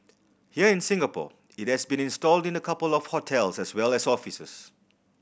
here in Singapore it has been installed in a couple of hotels as well as offices